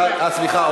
סליחה,